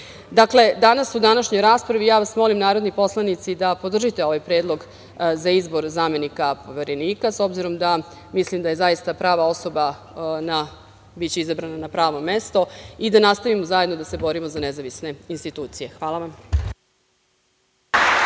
milion. Dakle, danas u današnjoj raspravi ja vas molim narodni poslanici da podržite ovaj predlog za izbor zamenika Poverenika, s obzirom da mislim da će zaista prava osoba biti izabrana na pravo mesto i da nastavimo zajedno da se borimo za nezavisne institucije. Hvala vam.